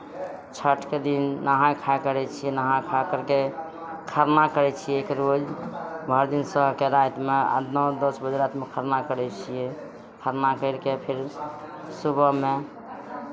छठिके दिन नहाय खाय करै छियै नहा खा करि कऽ खरना करै छियै ओहिके रोज भरि दिन सहिऽ रातिमे आठ नओ दस बजे रातिमे खरना करै छियै खरना करि कऽ फेर सुबहमे